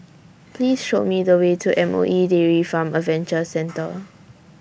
Please Show Me The Way to M O E Dairy Farm Adventure Centre